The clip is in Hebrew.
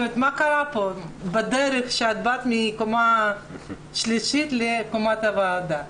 מה קרה פה בדרך מקומה שלישית לקומת הוועדה?